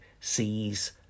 sees